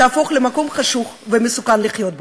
תהפוך למקום חשוך שמסוכן לחיות בו.